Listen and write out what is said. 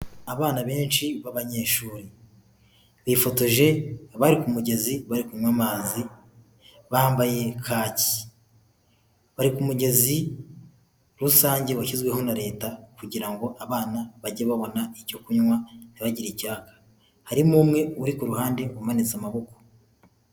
Abana benshi b'abanyeshuri bifotoje bari ku mugezi bari kunywa amazi bambaye kaki, bari ku mugezi rusange washyizweho na leta kugira ngo abana bajye babona icyo kunywa ntibagire icyaka harimo umwe uri ku ruhande umanitse amaboko.